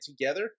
together